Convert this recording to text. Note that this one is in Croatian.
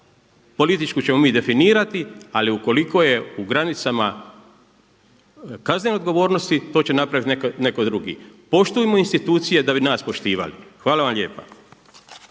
političku ćemo mi definirati ali ukoliko je u granicama kaznene odgovornosti to će napraviti neko drugi. Poštujmo institucije da bi nas poštivali. Hvala vam lijepa.